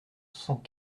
cent